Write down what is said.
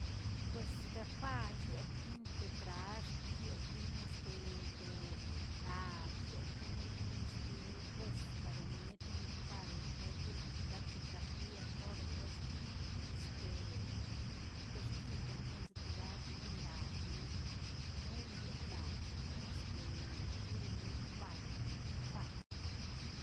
Pues defaa yetin to traxt, yetin este to laꞌch, yetin pues taron yetin kopadr gahlə gak to trapier todo pues este bextil también gak nonilaz buin nonidietlad no este rerobuen compare tefa.